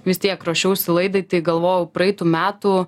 vis tiek ruošiausi laidai tai galvojau praeitų metų